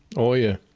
oh yeah.